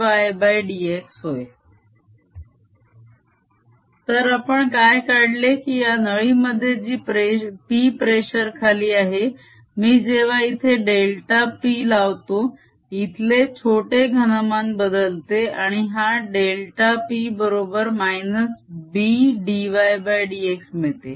Change in volumeAyxx AyxA∂y∂xx p∂P∂VVV∂P∂VVV B∂y∂x तर आपण काय काढले की या नळी मध्ये जी p प्रेशर खाली आहे मी जेव्हा इथे डेल्टा p लावतो इथले छोटे घनमान बदलते आणि हा डेल्टा p बरोबर -B dydx मिळते